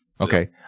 Okay